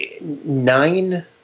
nine